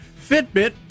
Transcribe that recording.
Fitbit